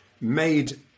made